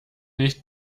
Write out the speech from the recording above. nicht